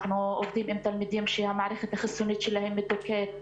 אנחנו עובדים עם תלמידים שהמערכת החיסונית שלהם מדוכאת.